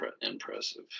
impressive